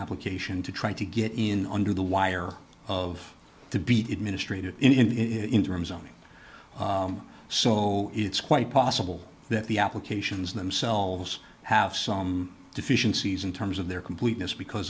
application to try to get in under the wire of to beat administrators in terms only so it's quite possible that the applications themselves house some deficiencies in terms of their completeness because